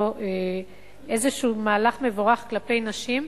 עדיין אני חושבת שיש פה איזה מהלך מבורך כלפי נשים,